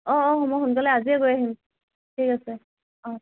অঁ অঁ হ'ব মই সোনকালে আজিয়েই গৈ আহিম ঠিক আছে